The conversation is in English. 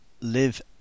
Live